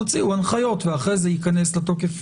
תוציאו הנחיות ואחרי זה ייכנס לתוקף